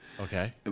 Okay